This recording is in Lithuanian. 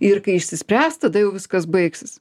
ir kai išsispręs tada jau viskas baigsis